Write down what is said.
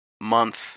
month